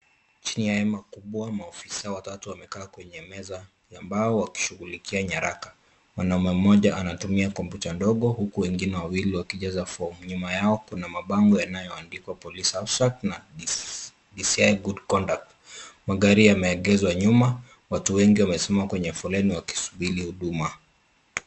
Chini ya hema kubwa, maafisa watatu wamekaa kwenye meza ya mbao wakishughulikia nyaraka. Mwanaume mmoja anatumia kompyuta ndogo huku wengine wawili wakijaza fomu. Nyuma yao kuna mabango yalioandikwa (cs) POLICE ABSTRACT (cs) na (cs) DCI GOOD CONDUCT (cs). Magari yameegeshwa nyuma, watu wengi wamesimama kwenye foleni wakisubiri huduma.